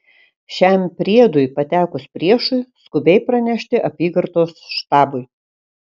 šiam priedui patekus priešui skubiai pranešti apygardos štabui